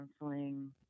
counseling